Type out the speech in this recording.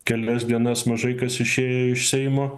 kelias dienas mažai kas išėjo iš seimo